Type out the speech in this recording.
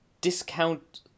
discount